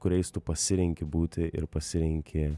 kuriais tu pasirenki būti ir pasirenki